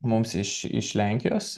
mums iš iš lenkijos